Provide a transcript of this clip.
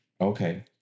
okay